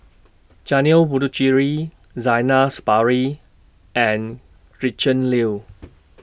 Janil Puthucheary Zainal Sapari and Gretchen Liu